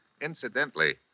Incidentally